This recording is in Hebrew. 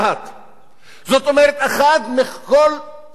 זאת אומרת, אחד מכל שלושה אנשים